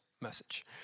message